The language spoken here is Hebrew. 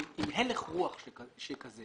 זה לאחוז את החבל משני קצותיו אבל זה פחות מעניין.